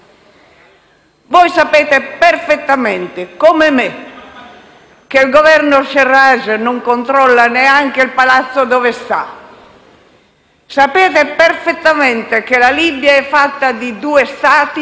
Sapete perfettamente, come me, che il Governo al-Sarraj non controlla neanche il palazzo in cui sta; sapete perfettamente che la Libia è fatta di due Stati,